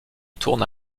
tourne